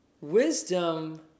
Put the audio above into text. wisdom